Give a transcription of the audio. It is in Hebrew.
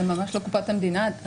זה ממש לא קופת המדינה.